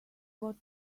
got